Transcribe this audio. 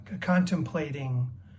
contemplating